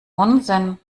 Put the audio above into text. unsinn